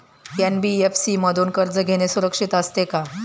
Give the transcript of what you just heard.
NBFC मधून कर्ज घेणे सुरक्षित असते का?